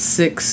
six